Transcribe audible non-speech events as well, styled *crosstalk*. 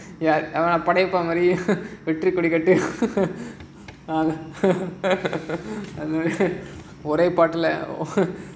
ya ya Padayappa மாதிரி:padaiyapa maadhiri *laughs* அது தான் அது தான் அதே தான்:adhu thaan adhu thaan adhe thaan